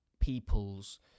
people's